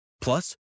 Plus